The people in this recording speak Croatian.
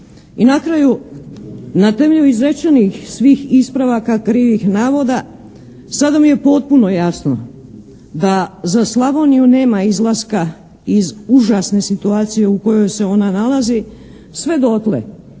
I na kraju, na temelju izrečenih svih ispravaka krivih navoda sada mi je potpuno jasno da za Slavoniju nema izlaska iz užasne situacije u kojoj se ona nalazi sve dotle